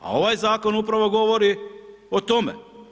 A ovaj zakon upravo govori o tome.